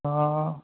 ਹਾਂ